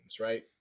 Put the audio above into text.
right